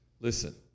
listen